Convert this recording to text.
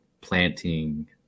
planting